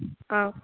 आं